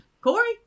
Corey